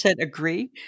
agree